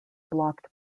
blocked